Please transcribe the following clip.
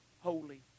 holy